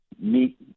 meet